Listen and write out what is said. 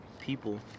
people